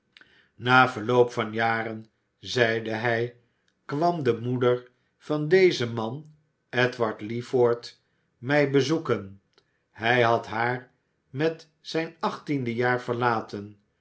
na verloop van jaren zeide hiji kwam de moeder van dezen man edward leeford mij bezoeken hij had haar met zijn achttiende jaar verlaten